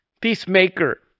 peacemaker